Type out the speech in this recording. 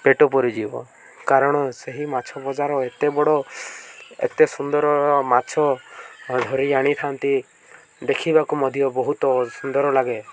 ପେଟ ପୁରିଯିବ କାରଣ ସେହି ମାଛ ବଜାର ଏତେ ବଡ଼ ଏତେ ସୁନ୍ଦର ମାଛ ଧରି ଆଣିଥାନ୍ତି ଦେଖିବାକୁ ମଧ୍ୟ ବହୁତ ସୁନ୍ଦର ଲାଗେ